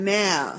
now